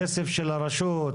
כסף של הרשות,